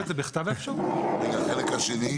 רגע, החלק השני?